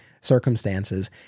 circumstances